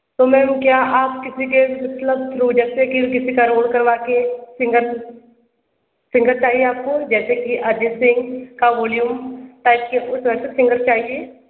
तो मेम क्या आप किसी के मतलब जैसे किसी का रोल करवा के सिंगर सिंगर चाहिए आपको जैसे कि अजय सिंह का वॉल्यूम टाइप के उस वैसे सिंगर चाहिए